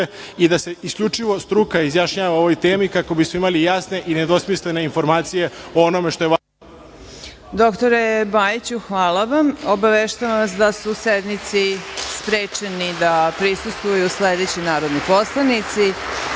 i da se isključivo struka izjašnjava o ovoj temi kako bismo imali jasne i nedvosmislene informacije o onome što je važno. **Marina Raguš** Hvala vam dr Bajiću. Obaveštavam vas da su sednici sprečeni da prisustvuju sledeći narodni poslanici: